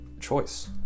choice